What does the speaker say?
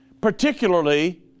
Particularly